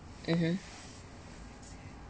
mmhmm